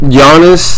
Giannis